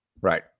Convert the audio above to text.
Right